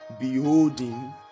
beholding